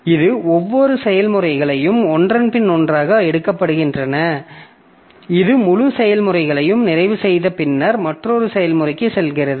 இது ஒவ்வொரு செயல்முறையையும் ஒன்றன்பின் ஒன்றாக எடுக்கப்படுகின்றன இது முழு செயல்முறையையும் நிறைவுசெய்து பின்னர் மற்றொரு செயல்முறைக்கு செல்கிறது